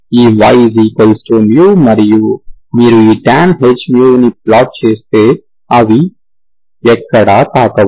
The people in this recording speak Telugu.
ఈ y μ మరియు మీరు ఈ tanh μ ని ప్లాట్ చేస్తే అవి ఎక్కడా తాకవు